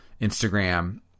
Instagram